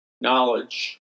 knowledge